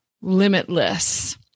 limitless